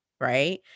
Right